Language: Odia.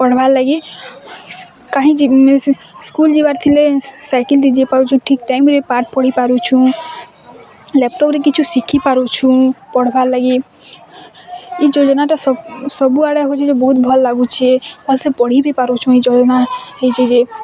ପଢ଼ବାର ଲାଗି କାହିଁ ଜିମି ସ୍କୁଲ୍ ଯିବାର ଥିଲେ ସାଇକେଲ୍ରେ ଯାଇପାରଚୁ ଠିକ ଟାଇମ୍ରେ ପାଠ ପଢ଼ି ପାରୁଛୁଁ ଲାପ୍ଟପ୍ରେ କିଛି ଶିଖି ପାରୁଛୁଁ ପଢ଼ବାର ଲାଗି ଏ ଯୋଜନାଟା ସବୁଆଡ଼େ ହୋଉଛି ଯେ ବହୁତ ଭଲ ଲାଗୁଛି ଆଉ ସେ ପଢ଼ି ବି ପାରୁଛୁ ଯୋଉ ଯୋଜନା ହେଇଛି ଯେ